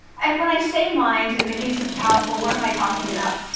and when i say minds, in the case of the powerful, what am i talking about?